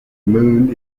moon